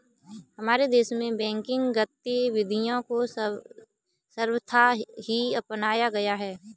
हमारे देश में बैंकिंग गतिविधियां को सर्वथा ही अपनाया गया है